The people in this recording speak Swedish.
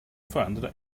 förändra